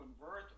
convert